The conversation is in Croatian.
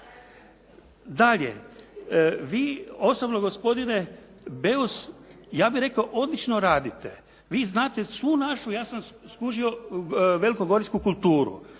Dalje, vi osobno gospodine Beus, ja bih rekao odlično radite. Vi znate svu našu, ja sam skužio, velikogoričku kulturu.